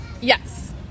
yes